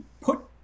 Put